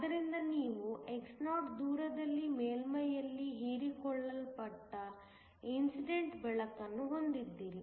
ಆದ್ದರಿಂದ ನೀವು xo ದೂರದಲ್ಲಿ ಮೇಲ್ಮೈಯಲ್ಲಿ ಹೀರಿಕೊಳ್ಳಲ್ಪಟ್ಟ ಇನ್ಸಿಡೆಂಟ್ ಬೆಳಕನ್ನು ಹೊಂದಿದ್ದೀರಿ